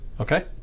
Okay